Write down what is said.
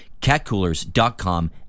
catcoolers.com